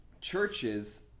churches